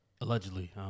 allegedly